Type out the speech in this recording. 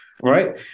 Right